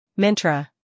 Mintra